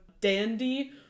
dandy